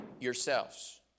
yourselves